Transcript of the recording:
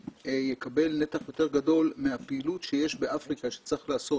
יקבל נתח יותר גדול מהפעילות שיש באפריקה שצריך לעשות.